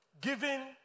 giving